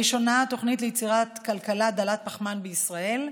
הראשונה, תוכנית ליצירת כלכלה דלת פחמן בישראל,